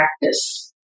practice